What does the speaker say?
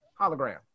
hologram